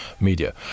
media